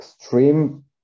extreme